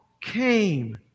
came